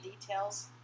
details